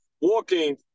walking